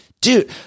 dude